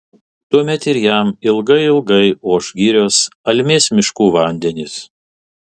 tuomet ir jam ilgai ilgai oš girios almės miškų vandenys